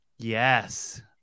Yes